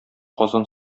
казан